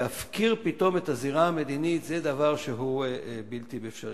להפקיר פתאום את הזירה המדינית זה דבר שהוא בלתי אפשרי.